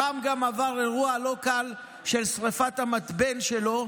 רם גם עבר אירוע לא קל של שרפת המתבן שלו,